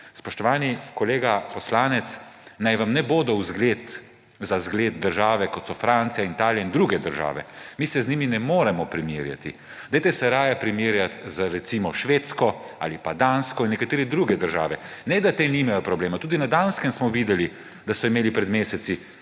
Spoštovani kolega poslanec, naj vam ne bodo za zgled države, kot so Francija, Italija in druge države. Mi se z njimi ne moremo primerjati. Dajte se raje primerjati z recimo Švedsko ali pa Dansko in z nekaterimi drugimi državami. Ne da te nimajo problema, tudi na Danskem smo videli, da so imeli pred mesecem